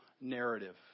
narrative